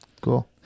Cool